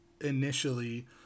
initially